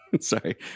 sorry